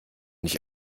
nicht